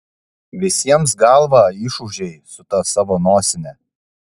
visiems galvą išūžei su ta savo nosine